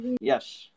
Yes